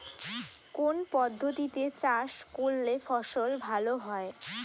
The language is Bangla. কোন পদ্ধতিতে চাষ করলে ফসল ভালো হয়?